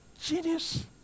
genius